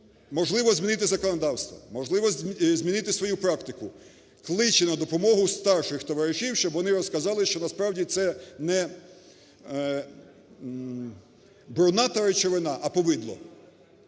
можливо, змінити законодавства, можливо, змінити свою практику, кличе на допомогу старших товаришів, щоб вони розказали, що насправді це не бруната речовина, а повидло,